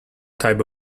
type